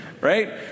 Right